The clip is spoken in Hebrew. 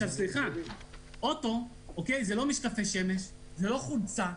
אוטו זה לא משקפי שמש, זה לא חולצה.